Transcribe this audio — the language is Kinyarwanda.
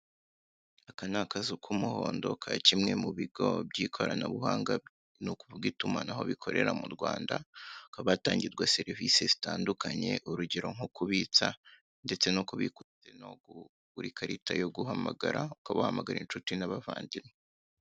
Aka ni akazi k'umuhondo ka kimwe mubigo by'ikoranabuhanga ni ukuvuga itumanaho bikorera hano mu Rwanda, hakaba hatangirwa serivisi zitandukanye, urugero nko kubitsa no kubikuza ndetse ukaba wagura ikarita yo guhamagara ukaba wahamagara inshuti n'abavandimwe.